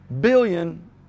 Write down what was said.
billion